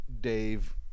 Dave